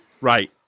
Right